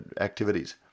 activities